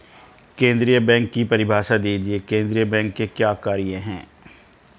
केंद्रीय बैंक की परिभाषा दीजिए केंद्रीय बैंक के क्या कार्य हैं?